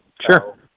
Sure